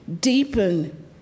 deepen